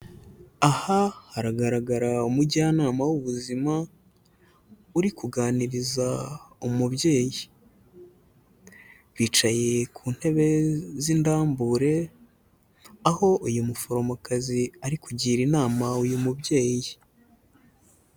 Aha haragaragara umujyanama w'ubuzima uri kuganiriza umubyeyi. Bicaye ku ntebe z'indambure aho uyu muforomokazi ari kugira inama uyu mubyeyi.